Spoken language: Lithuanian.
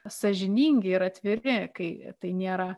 sąžiningi ir atviri kai tai nėra